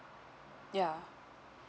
ya